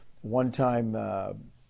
one-time